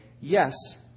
yes